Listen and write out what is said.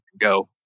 go